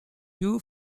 two